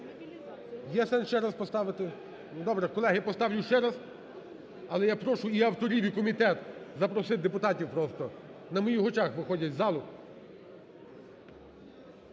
Є сенс ще раз поставити? Добре, колеги, поставлю ще раз, але я прошу і авторів, і комітет запросити депутатів просто, на моїх очах виходять з залу.